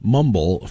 mumble